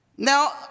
Now